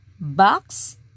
box